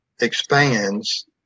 expands